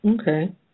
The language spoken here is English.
okay